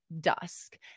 dusk